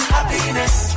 Happiness